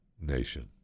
nation